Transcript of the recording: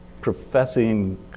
professing